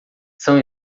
são